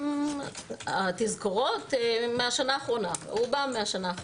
התזכורות רובן מהשנה האחרונה.